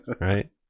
right